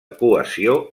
cohesió